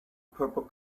purple